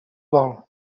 vol